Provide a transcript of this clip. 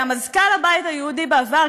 היה מזכ"ל הבית היהודי בעבר,